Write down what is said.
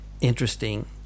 interesting